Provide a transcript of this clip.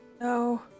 No